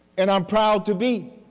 and i'm proud to be.